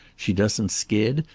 she doesn't skid,